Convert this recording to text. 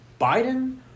Biden